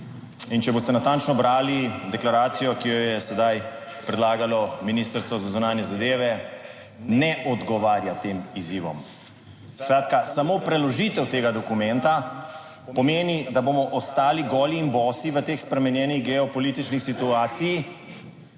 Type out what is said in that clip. če boste natančno brali deklaracijo, ki jo je sedaj predlagalo Ministrstvo za zunanje zadeve, ne odgovarja tem izzivom. Skratka, samo preložitev tega dokumenta pomeni, da bomo ostali goli in bosi v tej spremenjeni geopolitični situaciji